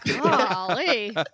golly